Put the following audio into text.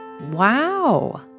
Wow